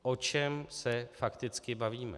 O čem se fakticky bavíme?